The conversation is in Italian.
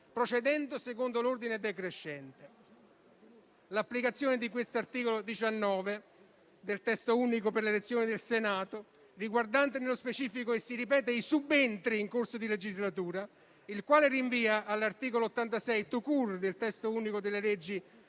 procedendo secondo l'ordine decrescente. L'articolo 19 del testo unico per l'elezione del Senato, riguardante nello specifico - si ripete - i subentri in corso di legislatura, rinvia all'articolo 86 *tout court* del testo unico delle leggi